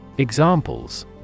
Examples